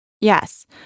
Yes